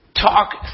talk